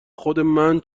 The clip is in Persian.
خودمن